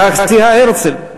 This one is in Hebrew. כך זיהה הרצל,